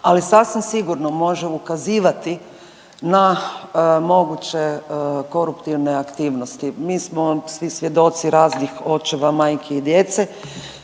ali sasvim sigurno može ukazivati na moguće koruptivne aktivnosti. Mi smo svi svjedoci raznih očeva, majki i djece,